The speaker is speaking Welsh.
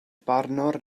barnwr